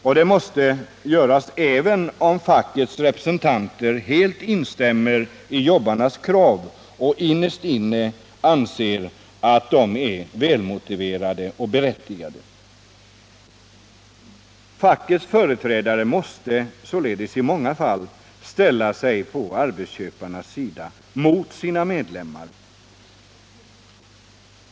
Och det måste göras även om fackets representanter helt instämmer i jobbarnas krav och innerst inne anser att de är välmotiverade och berättigade. Fackets företrädare måste således i många fall ställa sig på arbetsköparnas sida mot sina medlemmar.